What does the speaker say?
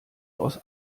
aus